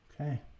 Okay